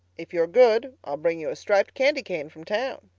if you are good i'll bring you a striped candy cane from town.